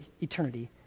eternity